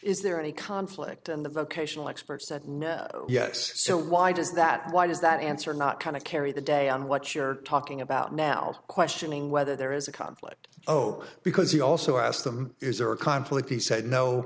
is there any conflict in the vocational expert said yes so why does that why does that answer not kind of carry the day on what you're talking about now questioning whether there is a conflict oh because he also asked them is there a conflict he said no